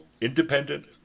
independent